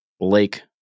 lake